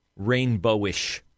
rainbowish